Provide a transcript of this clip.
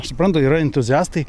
aš suprantu yra entuziastai